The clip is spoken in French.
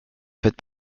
faites